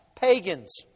pagans